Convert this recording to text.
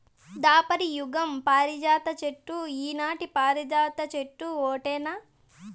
దాపర యుగం పారిజాత చెట్టు ఈనాటి పారిజాత చెట్టు ఓటేనా